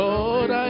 Lord